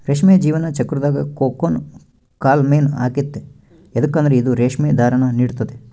ರೇಷ್ಮೆಯ ಜೀವನ ಚಕ್ರುದಾಗ ಕೋಕೂನ್ ಕಾಲ ಮೇನ್ ಆಗೆತೆ ಯದುಕಂದ್ರ ಇದು ರೇಷ್ಮೆ ದಾರಾನ ನೀಡ್ತತೆ